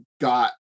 got